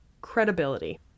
credibility